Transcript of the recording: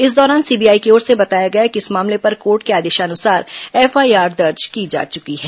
इस दौरान सीबीआई की ओर से बताया गया कि इस मामले पर कोर्ट के आदेशानुसार एफआईआर दर्ज की जा चुकी है